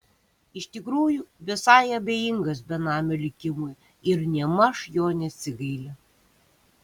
iš tikrųjų visai abejingas benamio likimui ir nėmaž jo nesigaili